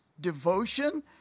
devotion